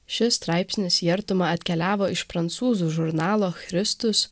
šis straipsnis į artumą atkeliavo iš prancūzų žurnalo kristus